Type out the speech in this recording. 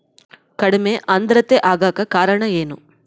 ಕಡಿಮೆ ಆಂದ್ರತೆ ಆಗಕ ಕಾರಣ ಏನು?